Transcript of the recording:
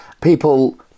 People